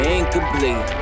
Incomplete